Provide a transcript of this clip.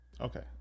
Okay